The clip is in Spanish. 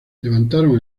levantaron